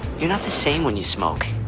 you're not the same when you smoke,